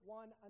one